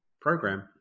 program